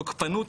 תוקפות,